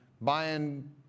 buying